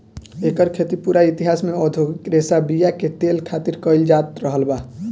एकर खेती पूरा इतिहास में औधोगिक रेशा बीया के तेल खातिर कईल जात रहल बा